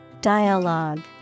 Dialogue